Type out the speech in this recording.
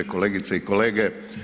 Kolegice i kolege.